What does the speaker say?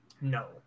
No